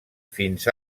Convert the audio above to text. fins